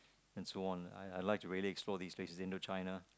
and so on I'll I'll like to really explore these place into China